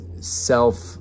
self